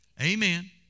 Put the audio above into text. amen